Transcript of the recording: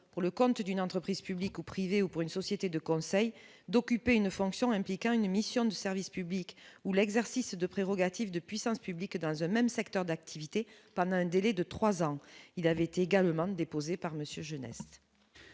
pour le compte d'une entreprise publique ou privée aux pour une société de conseil d'occuper une fonction impliquant une mission de service public ou l'exercice de prérogatives de puissance publique dans un même secteur d'activité pendant un délai de 3 ans, il avait également déposé par monsieur